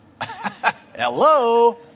Hello